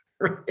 right